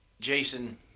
Jason